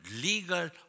legal